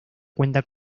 cuenta